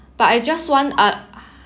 but I just one uh